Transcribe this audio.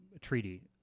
treaty